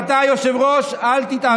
אתה יושב-ראש, אל תתערב.